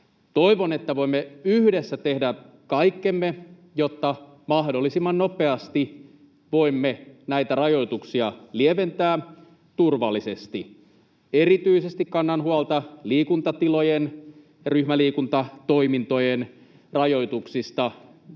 Toivon, että voimme yhdessä tehdä kaikkemme, jotta mahdollisimman nopeasti voimme näitä rajoituksia turvallisesti lieventää. Erityisesti kannan huolta liikuntatilojen ja ryhmäliikuntatoimintojen rajoituksista,